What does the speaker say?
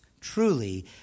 truly